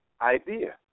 idea